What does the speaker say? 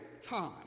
time